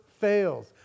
fails